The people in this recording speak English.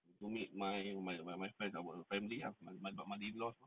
you go meet my my my my friend our family ah my mother-in-law